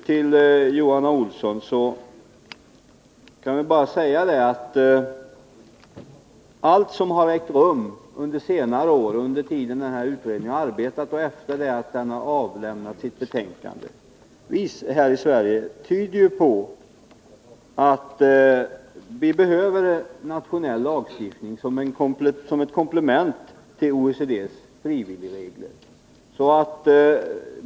Till Johan Olsson vill jag bara säga att allt som har ägt rum här i Sverige under senare år, dvs. under den tid som denna utredning arbetade och efter det att den avlämnade sitt betänkande, tyder på att vi behöver en nationell lagstiftning som komplement till OECD:s frivilligregler.